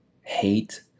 hate